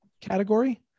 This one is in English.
category